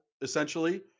essentially